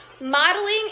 modeling